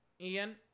Ian